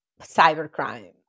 cybercrime